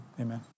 amen